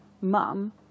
mum